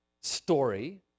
story